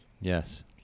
Yes